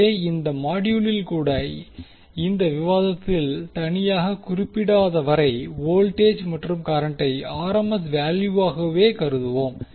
எனவே இந்த மாடியுளில் கூட இந்த விவாதத்தில் தனியாக குறிப்பிடாதவரை வோல்டேஜ் மற்றும் கரண்டை ஆர்எம்எஸ் வேல்யூவாகவே கருதுவோம்